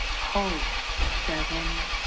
hold, seven,